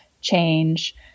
change